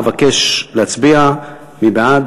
אבקש להצביע, מי בעד?